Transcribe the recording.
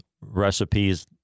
recipes